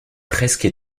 presque